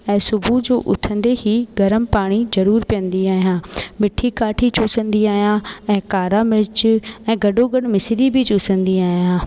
ऐं सुबुह जो उथंदे ही गरम पाणी ज़रूरु पीअंदी आहियां मिठी काठी चुसंदी आहियां ऐं कारा मिर्च ऐं गॾो गॾु मिसरी बि चुसंदी आहियां